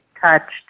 touched